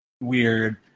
weird